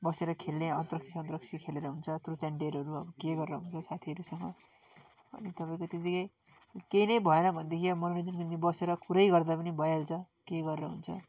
बसेर खेल्ने अन्ताक्षरी सन्ताक्षरी खेलेर हुन्छ त्रुत एन्ड डेरहरू अब के गेरर हुन्छ साथीहरूसँग अनि तपाईँको त्यतिकै केही नै भएन भनेदेखि अब मनोरञ्जनको निम्ति बसेर कुरै गर्दा पनि भइहाल्छ के गरेर हुन्छ